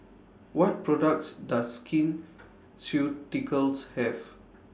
What products Does Skin Ceuticals Have